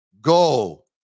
Go